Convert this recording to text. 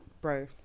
bro